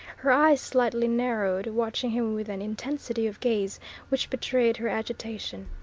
her eyes slightly narrowed, watching him with an intensity of gaze which betrayed her agitation.